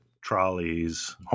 trolleys